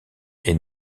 est